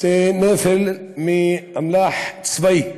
זה נפל מאמל"ח צבאי.